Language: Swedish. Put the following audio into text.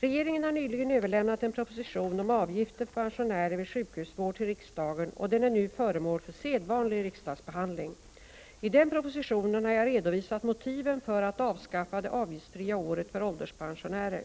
Regeringen har nyligen överlämnat en proposition om avgifter för pensionärer vid sjukhusvård till riksdagen, och den är nu föremål för sedvanlig riksdagsbehandling. I den propositionen har jag redovisat motiven för att avskaffa det avgiftsfria året för ålderspensionärer.